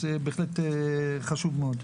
זה בהחלט חשוב מאוד.